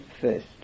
first